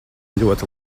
ļoti